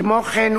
כמו כן,